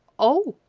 oh!